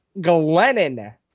Glennon